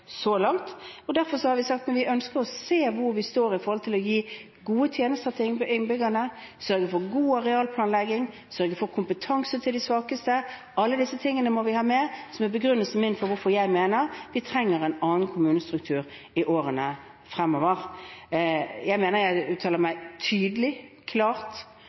Derfor har vi sagt at vi ønsker å se hvor vi står når det gjelder å gi gode tjenester til innbyggerne, sørge for god arealplanlegging, sørge for kompetanse til de svakeste. Alle disse tingene må vi ha med, og det er begrunnelsen min for hvorfor vi trenger en annen kommunestruktur i årene fremover. Jeg mener jeg uttaler meg tydelig og klart,